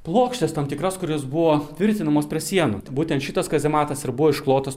plokštes tam tikras kurios buvo tvirtinamos prie sienos būtent šitas kazematas ir buvo išklotas